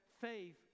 faith